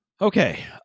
Okay